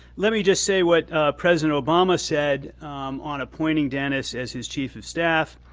let me just say what president obama said on appointing denis as his chief of staff.